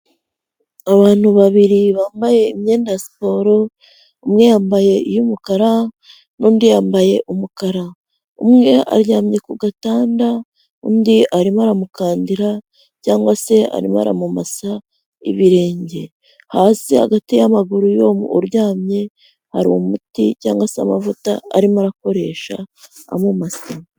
Abantu babiri bambaye imyenda ya siporo, umwe yambaye iy’umukara n’undi yambaye umukara, umwe aryamye ku gatanda, undi arimo aramukandira cyangwa se arimo aramumasa ibirenge. Hasi hagati y'amaguru y’uwo uryamye hari umuti cyangwa se amavuta arimo arakoresha amumasa.